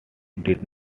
did